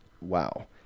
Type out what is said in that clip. Wow